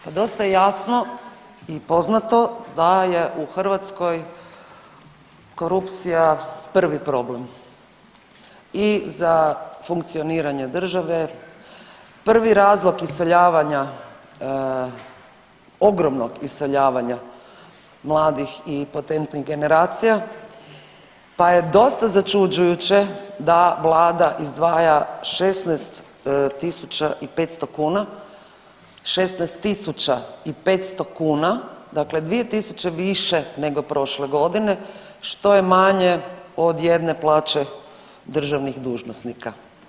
Dakle, dosta jasno i poznato da je u Hrvatskoj korupcija prvi problem i za funkcioniranje države, prvi razlog iseljavanja, ogromnog iseljavanja mladih i potentnih generacija pa je dosta začuđujuće da Vlada izdvaja 16 500 kuna, 16 500 kuna dakle, 2 tisuće više nego prošle godine, što je manje od jedne plaće državnih dužnosnika.